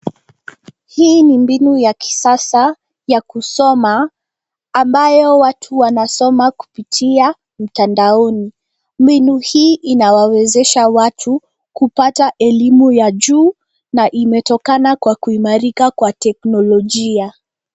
Hii ni mbinu ya kisasa ya kusoma ambayo watu wanasoma kupitia mtandaoni. Mbinu hii inawawezesha watu kupata elimu ya juu na imetokana kwa kuimarika kwa teknolojia.